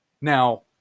Now